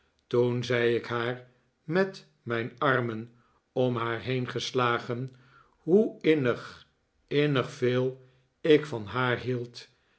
toen zei ik haar met mijn armen om haar heen geslagen hoe innig innig veel ik van haar hield